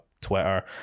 twitter